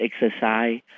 exercise